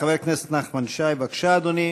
חבר הכנסת נחמן שי, בבקשה, אדוני.